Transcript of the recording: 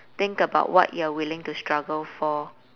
think about what you're willing to struggle for